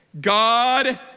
God